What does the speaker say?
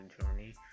journey